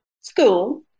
school